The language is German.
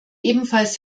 ebenfalls